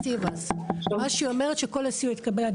הרוסית): היא אומרת שכל הסיוע התקבל עד